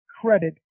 credit